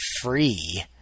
free